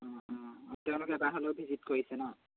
অ অ তেওঁলোকে এবাৰ হ'লেও ভিজিট কৰিছে ন